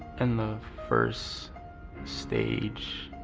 in the first stage